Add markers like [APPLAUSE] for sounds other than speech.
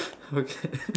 okay [COUGHS]